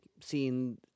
seeing